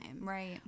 right